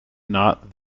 not